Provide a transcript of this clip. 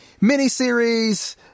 miniseries